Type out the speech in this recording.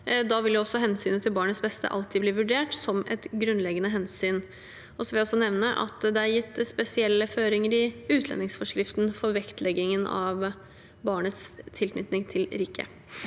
da vil også hensynet til barnets beste alltid bli vurdert som et grunnleggende hensyn. Jeg vil også nevne at det er gitt spesielle føringer i utlendingsforskriften for vektleggingen av barnets tilknytning til riket.